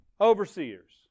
Overseers